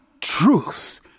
truth